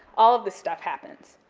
all of this stuff happens.